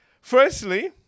Firstly